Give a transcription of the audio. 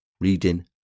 reading